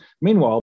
Meanwhile